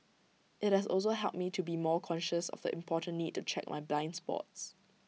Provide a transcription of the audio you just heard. IT has also helped me to be more conscious of the important need to check my blind spots